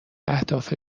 اهداف